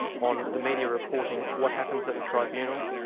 on the media reporting what happens at the tribunal,